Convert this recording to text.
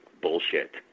bullshit